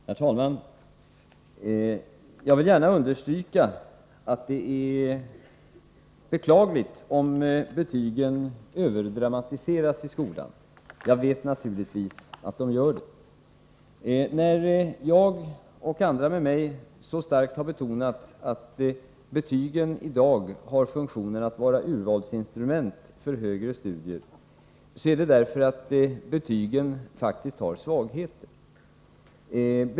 Herr talman! Jag vill gärna understryka att det är beklagligt om betygen överdramatiseras i skolan. Jag vet naturligtvis att så är fallet. När jag och andra med mig så starkt betonar att betygen i dag har funktionen att vara urvalsinstrument för högre studier är det därför att betygen faktiskt har svagheter.